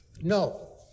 No